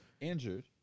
injured